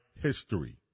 history